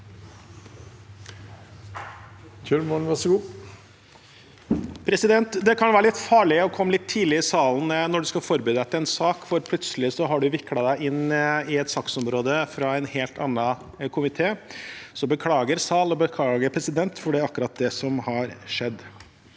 Det kan være litt farlig å komme litt tidlig i salen når man skal forberede seg til en sak, for plutselig har man viklet seg inn i et saksområde fra en helt annen komité. Beklager, sal, og beklager, president – det er akkurat det som har skjedd.